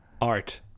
Art